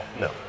No